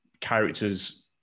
characters